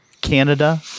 canada